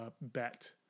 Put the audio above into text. bet